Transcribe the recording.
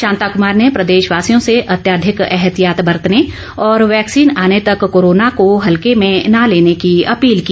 शांता कुमार ने इस दौरान प्रदेशवासियों से अत्याधिक एहतियात बरतने और वैक्सीन आने तक कोरोना को इसे हल्के में न लेने की अपील की